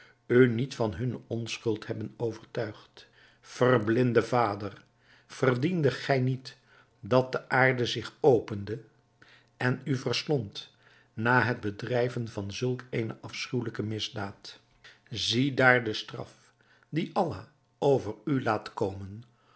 u niet van hunne onschuld hebben overtuigd verblinde vader verdiendet gij niet dat de aarde zich opende en u verslond na het bedrijven van zulk eene afschuwelijke misdaad ziedaar de straf die allah over u laat komen